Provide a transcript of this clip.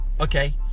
Okay